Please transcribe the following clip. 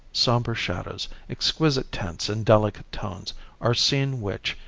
sombre shadows, exquisite tints and delicate tones are seen which,